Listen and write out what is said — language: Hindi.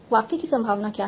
वाक्य की संभावना क्या है